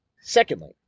Secondly